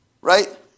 Right